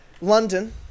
London